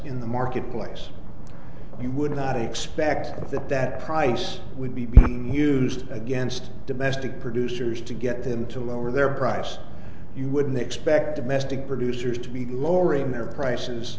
in the marketplace you would not expect that that price would be used against domestic producers to get them to lower their price you wouldn't expect domestic producers to be lowering their prices